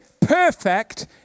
perfect